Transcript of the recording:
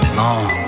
long